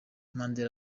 mandela